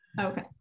okay